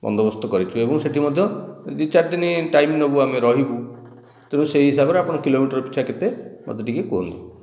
ବନ୍ଦୋବସ୍ତ କରିଛି ଏବଂ ସେଇଠି ମଧ୍ୟ ଦୁଇ ଚାରି ଦିନ ଟାଇମ ନେବୁ ଆମେ ରହିବୁ ତେଣୁ ସେହି ହିସାବରେ ଆପଣ କିଲୋମିଟର ପିଛା କେତେ ମୋତେ ଟିକିଏ କୁହନ୍ତୁ